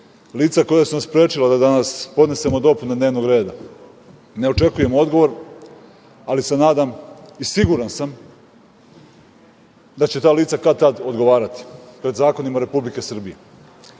lica koja su nas sprečila da danas podnesemo dopune dnevnog reda. Ne očekujem odgovor, ali se nadam i siguran sam da će ta lica kad tad odgovarati pred zakonima Republike Srbije. Započeo